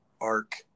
arc